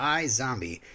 iZombie